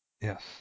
Yes